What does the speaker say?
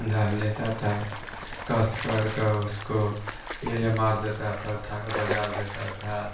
धर लेता था कस करके उसको ले जा मार देता था उठाकर बाज़ार देते थे